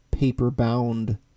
Paper-bound